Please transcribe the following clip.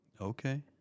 Okay